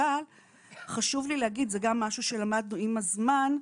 אבל חשוב לי להגיד, זה גם משהו שלמדנו עם הזמן.